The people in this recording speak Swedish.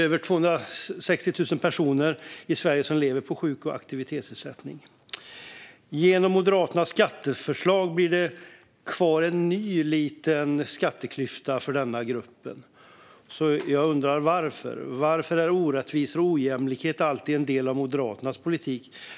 Över 260 000 personer i Sverige lever på sjuk och aktivitetsersättning. Genom Moderaternas skatteförslag blir det en ny liten skatteklyfta kvar för denna grupp. Jag undrar varför orättvisor och ojämlikhet alltid är en del av Moderaternas politik.